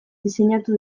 diseinatu